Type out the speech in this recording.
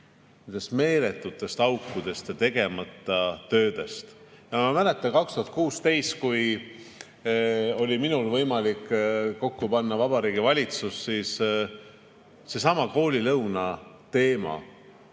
nendest meeletutest aukudest ja tegemata tööst. Ma mäletan, et 2016. aastal, kui oli minul võimalik kokku panna Vabariigi Valitsus, oli seesama koolilõuna teema,